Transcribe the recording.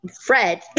Fred